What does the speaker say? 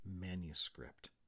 manuscript